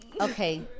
Okay